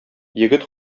егет